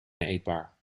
eetbaar